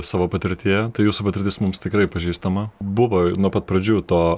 savo patirtyje tai jūsų patirtis mums tikrai pažįstama buvo nuo pat pradžių to